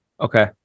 Okay